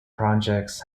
projects